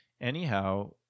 Anyhow